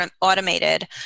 automated